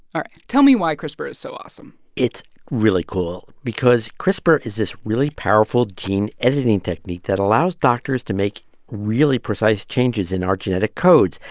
tell me why crispr is so awesome it's really cool because crispr is this really powerful gene editing technique that allows doctors to make really precise changes in our genetic codes,